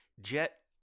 Jet